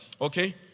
Okay